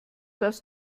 das